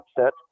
upset